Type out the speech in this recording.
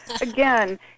again